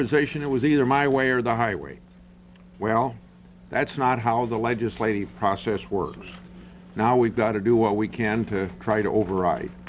position it was either my way or the highway well that's not how the legislative process works now we've got to do what we can to try to override